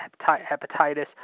hepatitis